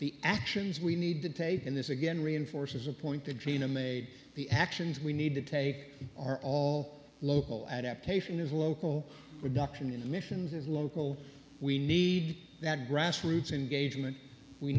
the actions we need to take in this again reinforces a point to gina made the actions we need to take are all local adaptation is local reduction in emissions is local we need that grassroots engagement we